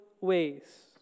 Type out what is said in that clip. ways